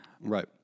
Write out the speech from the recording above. Right